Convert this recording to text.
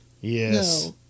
yes